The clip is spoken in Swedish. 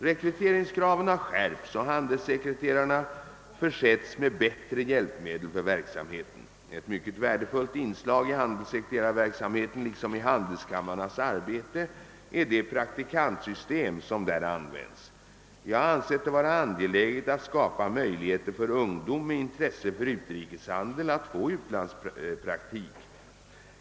Rekryteringskraven har skärpts och handelssekreterarna försetts med bättre hjälpmedel för verksamheten. Ett mycket värdefullt inslag i handelssekreterarverksamheten liksom i handelskam rarnas arbete är det praktikantsystem som där används. Jag har ansett det vara angeläget att skapa möjligheter för ungdom med intresse för utrikeshandel att få utlandspraktik.